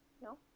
No